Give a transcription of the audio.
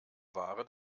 ware